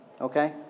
Okay